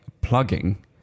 plugging